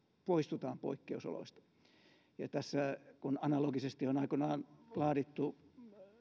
poistutaan poikkeusoloista tässä kun analogisesti on aikoinaan laadittu